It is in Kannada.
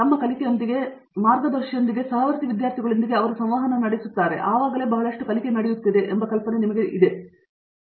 ತಮ್ಮ ಕಲಿಕೆಯೊಂದಿಗೆ ಮತ್ತು ಅವರ ಮಾರ್ಗದರ್ಶಿಯೊಂದಿಗೆ ಸಹವರ್ತಿ ವಿದ್ಯಾರ್ಥಿಗಳೊಂದಿಗೆ ಅವರು ಸಂವಹನ ನಡೆಸುತ್ತಿರುವಾಗಲೇ ಬಹಳಷ್ಟು ಕಲಿಕೆಯು ನಡೆಯುತ್ತದೆ ಎಂದು ಈ ಕಲ್ಪನೆಯು ಯಾವಾಗಲೂ ನಿಮಗೆ ತಿಳಿದಿರುತ್ತದೆ